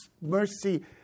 mercy